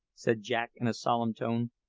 said jack in a solemn tone,